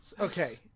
Okay